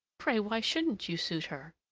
pray, why shouldn't you suit her?